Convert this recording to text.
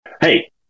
Hey